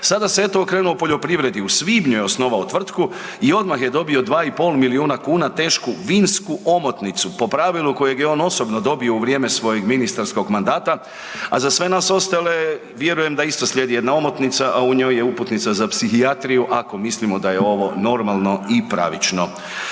Sada se eto okrenuo poljoprivredi, u svibnju je osnovao tvrtku i odmah je dio 2,5 milijuna kuna tešku vinsku omotnicu po pravilu kojeg je on osobno dobio u vrijeme svojeg ministarskog mandata, a za sve nas ostale vjerujem da isto slijedi jedna omotnica, a u njoj je uputnica za psihijatriju ako mislimo da je ovo normalno i pravično.